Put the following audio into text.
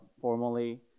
formally